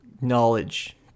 knowledge